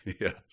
Yes